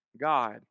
God